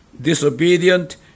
disobedient